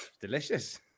Delicious